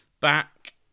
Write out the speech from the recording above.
back